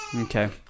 okay